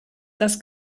das